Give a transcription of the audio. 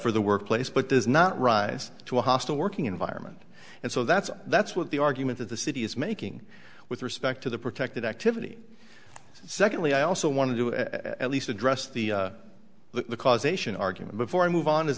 for the workplace but does not rise to a hostile working environment and so that's that's what the argument of the city is making with respect to the protected activity secondly i also want to do at least address the causation argument before i move on